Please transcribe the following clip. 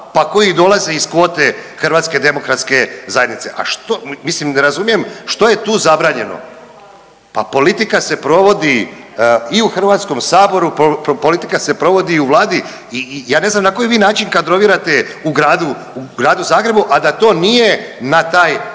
pa koji dolaze iz kvote HDZ-a. A što, mislim ne razumijem što je tu zabranjeno, pa politika se provodi i u Hrvatskom saboru, politika se provodi i u Vladi, ja ne znam na koji vi način kadrovirate u gradu, u Gradu Zagrebu a da to nije na taj